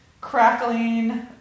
crackling